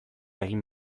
egin